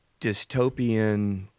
dystopian